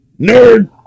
nerd